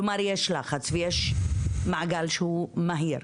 כלומר, יש לחץ ויש מעגל שהוא מהיר.